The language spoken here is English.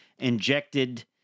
injected